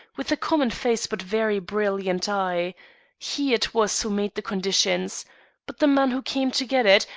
with a common face but very brilliant eye he it was who made the conditions but the man who came to get it,